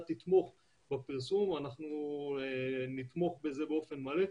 תתמוך בפרסום אנחנו נתמוך בזה באופן מלא.